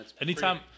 Anytime